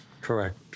Correct